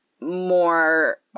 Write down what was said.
more